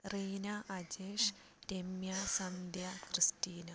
Reena Ajesh Ramya Sandhya Christina